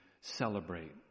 celebrate